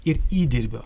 ir įdirbio